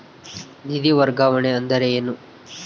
ನಿಧಿ ವರ್ಗಾವಣೆ ಅಂದರೆ ಏನು?